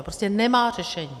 Prostě nemá řešení.